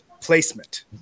Placement